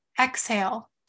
exhale